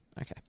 Okay